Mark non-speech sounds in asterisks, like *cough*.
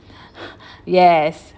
*laughs* yes